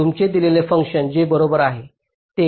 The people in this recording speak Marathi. तुमचे दिलेले फंक्शन जे बरोबर आहे ते 1